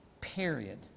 period